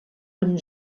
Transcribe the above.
amb